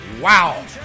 Wow